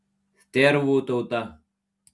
stervų tauta